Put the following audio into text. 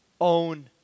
own